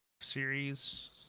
series